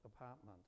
apartment